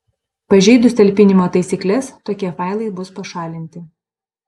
pažeidus talpinimo taisykles tokie failai bus pašalinti